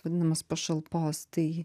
vadinamas pašalpos tai